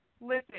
Listen